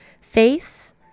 face